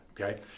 okay